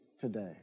today